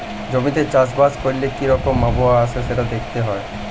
জমিতে চাষ বাস ক্যরলে কি রকম আবহাওয়া আসে সেটা দ্যাখতে হ্যয়